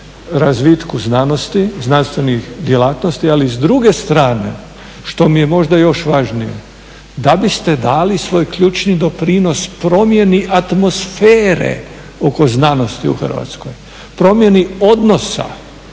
razvitku znanosti i znanstvenih djelatnosti, ali s druge strane što mi je možda još važnije da biste dali svoj ključni doprinos promjeni atmosfere oko znanosti u Hrvatskoj, promjeni odnosa